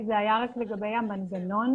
כך שאנחנו נוכל להתעלם מתקופת הקורונה,